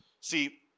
See